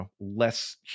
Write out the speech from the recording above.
less